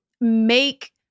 make